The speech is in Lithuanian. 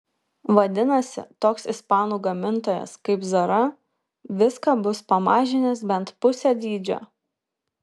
vadinasi toks ispanų gamintojas kaip zara viską bus pamažinęs bent pusę dydžio